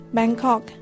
Bangkok